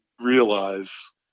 realize